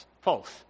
false